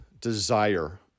desire